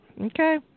okay